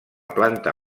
planta